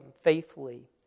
faithfully